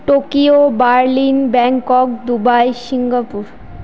Tokyo Berlin Bangkok Dubai Singapore